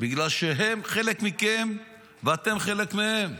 בגלל שהם חלק מכם ואתם חלק מהם.